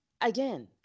again